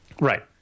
Right